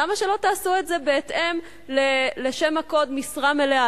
למה שלא תעשו את זה בהתאם לשם הקוד משרה מלאה?